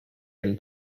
and